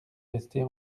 rester